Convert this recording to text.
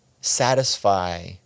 satisfy